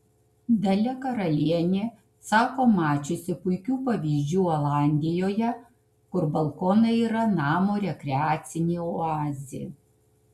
dalia karalienė sako mačiusi puikių pavyzdžių olandijoje kur balkonai yra namo rekreacinė oazė